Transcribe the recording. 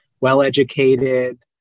well-educated